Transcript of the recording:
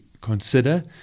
consider